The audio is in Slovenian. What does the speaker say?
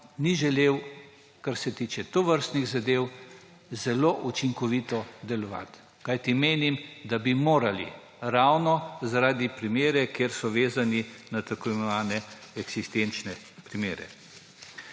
ni želel, kar se tiče tovrstnih zadev, učinkovito delovati. Kajti menim, da bi morali ravno zaradi primerov, ki so vezani na tako imenovane eksistenčne primere.